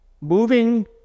moving